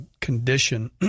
condition